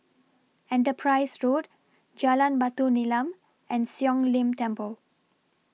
Enterprise Road Jalan Batu Nilam and Siong Lim Temple